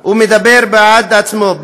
מדבר בעד עצמו.